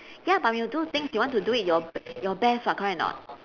ya but when you do things you want to do it your be~ your best [what] correct or not